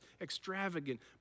extravagant